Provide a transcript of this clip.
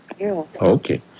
Okay